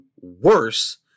worse